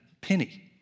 penny